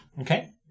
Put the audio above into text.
Okay